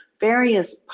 various